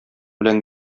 белән